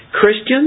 Christians